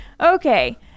Okay